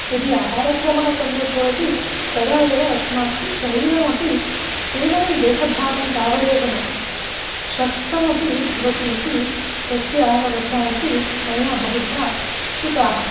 यदि आहारक्रमः सम्यक् भवति तदा एव अस्माकं शरीरमपि केवलं देहभारं तावदेव न श् शक्तमपि भवति इति तस्याः वचांसि मया बहुधा श्रुताः